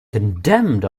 condemned